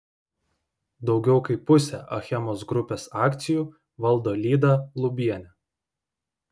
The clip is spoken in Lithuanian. daugiau kaip pusę achemos grupės akcijų valdo lyda lubienė